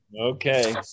Okay